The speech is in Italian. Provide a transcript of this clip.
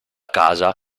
casa